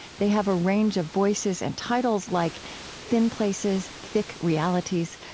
they have a range of voices and titles like thin places, thick realities,